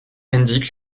indiquent